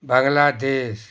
Bangladesh